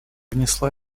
внесла